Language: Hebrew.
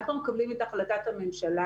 אנחנו מקבלים את החלטת הממשלה